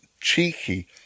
cheeky